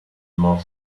more